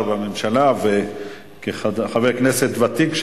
כשר בממשלה וכחבר כנסת ותיק,